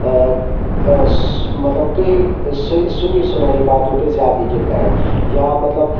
مَطلَب کہی سُنی سُنایی باتوں پے زیادٕ یقیٖن کَران یا مَطلَب